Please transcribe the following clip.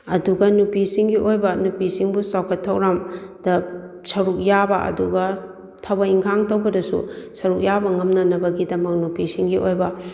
ꯑꯗꯨꯒ ꯅꯨꯄꯤꯁꯤꯡꯒꯤ ꯑꯣꯏꯕ ꯅꯨꯄꯤꯁꯤꯡꯕꯨ ꯆꯥꯎꯈꯠ ꯊꯧꯔꯥꯡꯗ ꯁꯔꯨꯛ ꯌꯥꯕ ꯑꯗꯨꯒ ꯊꯕꯛ ꯏꯪꯈꯥꯡ ꯇꯧꯗꯁꯨ ꯁꯔꯨꯛ ꯌꯥꯕ ꯉꯝꯅꯅꯕꯒꯤꯗꯃꯛ ꯅꯨꯄꯤꯁꯤꯡꯒꯤ ꯑꯣꯏꯕ